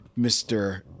Mr